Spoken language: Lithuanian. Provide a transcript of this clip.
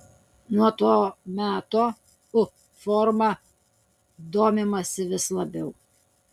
nuo to meto u forma domimasi vis labiau